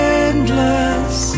endless